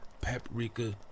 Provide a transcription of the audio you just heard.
paprika